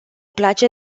place